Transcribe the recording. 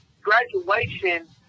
graduation